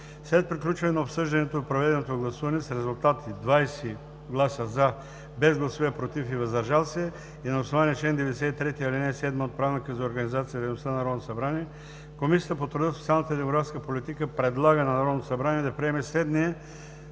След приключване на обсъждането и проведеното гласуване с резултати: 20 гласа „за“, без „против“ и „въздържал се“ и на основание чл. 93, ал.7 от Правилника за организацията и дейността на Народното събрание, Комисията по труда, социалната и демографската политика предлага на Народното събрание да приеме следния